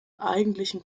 eigentlichen